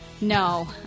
No